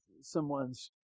someone's